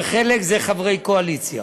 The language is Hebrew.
וחלק הם של חברי הקואליציה.